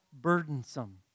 burdensome